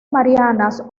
marianas